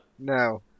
no